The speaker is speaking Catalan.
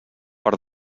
per